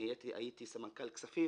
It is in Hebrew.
הייתי סמנכ"ל כספים.